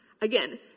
Again